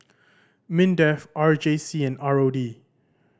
MINDEF R J C and R O D